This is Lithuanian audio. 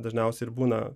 dažniausiai ir būna